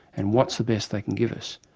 and what's the best they can give us?